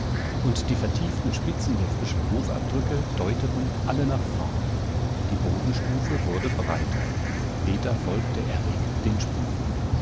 und die vertieften spitzen der frischen hufabdrücke deuteten alle nach vorn die bodenstufe wurde breiter peter folgte erregt den spuren